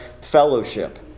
fellowship